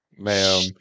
Ma'am